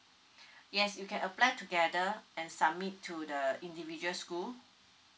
yes you can apply together and submit to the the individual school